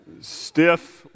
Stiff